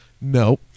No